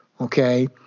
okay